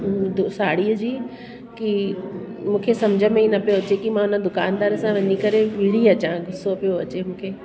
साड़ीअ जी कि मूंखे सम्झ में ई न पियो अचे की मां हुन दुकानदार सां वञी करे विड़ी अचा गुस्सो पियो अचे मूंखे